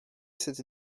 cette